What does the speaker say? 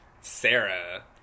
Sarah